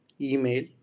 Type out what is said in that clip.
email